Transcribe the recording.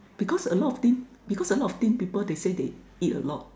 because a lot of thing because a lot of thing people they say they eat a lot